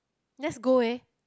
let's go eh